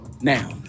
now